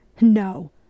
No